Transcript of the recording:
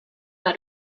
war